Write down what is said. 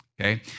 okay